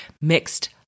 mixed